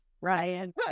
Ryan